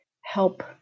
help